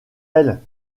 elle